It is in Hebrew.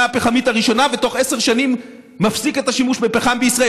הפחמית הראשונה ובתוך עשר שנים הוא מפסיק את השימוש בפחם בישראל.